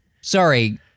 Sorry